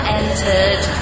entered